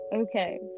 Okay